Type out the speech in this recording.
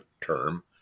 term